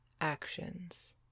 actions